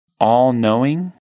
all-knowing